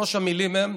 שלוש המילים הן: